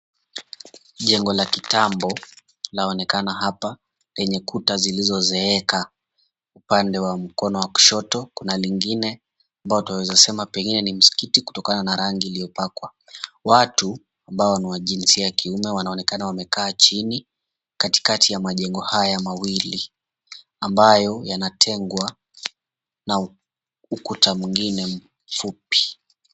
Jengo la kitambo laonekana hapa lenye kuta zilizo zeeka upande wa mkono wa kushoto, kuna lingine ambayo tunaeza sema pengine ni msikiti kutokana na rangi iliyopakwa. Watu ambao ni wajinsia la kiume wanaonekana wamekaa chini katikakati ya majengo haya mawili ambayo yanatengwa na ukuta mwingine fupi.